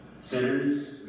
sinners